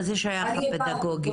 מה זה שייך לפדגוגי?